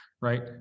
Right